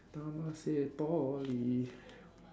Temasek Poly